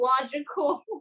logical